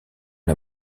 une